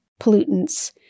pollutants